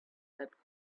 that